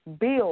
build